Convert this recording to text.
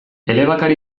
elebakar